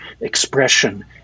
expression